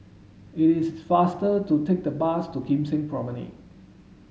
it is faster to take the bus to Kim Seng Promenade